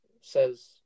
says